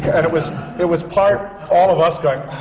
and it was it was part all of us going,